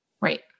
Right